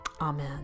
Amen